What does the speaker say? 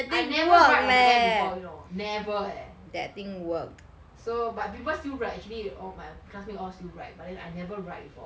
I never write on my hand before you know never eh so but people still write actually all my classmate all still write but I never write before